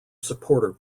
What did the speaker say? supporter